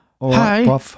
Hi